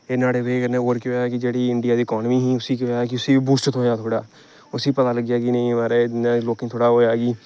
एह् नुआढ़ी बजह कन्नै केह् होएआ कि जेह्ड़ी इंडिया दी इकानमी ही उसी केह् होई कि उसी बूस्ट थ्होआ थोह्ड़ा उसी पता लग्गेआ कि नेईं महाराज लोकें गी थोह्ड़ा होएआ कि